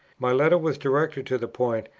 my letter was directed to the point,